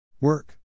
Work